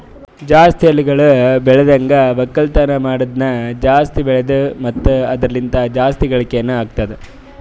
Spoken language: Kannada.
ಜಾಸ್ತಿ ಹಳ್ಳಿಗೊಳ್ ಬೆಳ್ದನ್ಗ ಒಕ್ಕಲ್ತನ ಮಾಡದ್ನು ಜಾಸ್ತಿ ಬೆಳಿತು ಮತ್ತ ಅದುರ ಲಿಂತ್ ಜಾಸ್ತಿ ಗಳಿಕೇನೊ ಅತ್ತುದ್